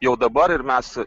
jau dabar ir mes